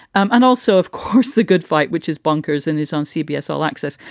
and also, of course, the good fight, which is bonkers and is on cbs all access.